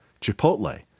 chipotle